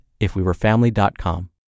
IfWeWereFamily.com